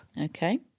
Okay